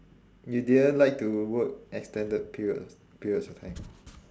you didn't like to work extended period periods of time